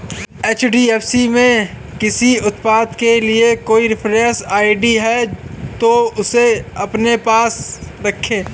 HDFC में किसी उत्पाद के लिए कोई रेफरेंस आई.डी है, तो उसे अपने पास रखें